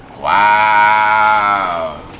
Wow